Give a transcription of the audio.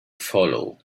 follow